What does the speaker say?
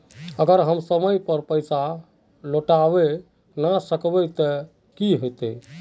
अगर हम समय पर पैसा लौटावे ना सकबे ते की होते?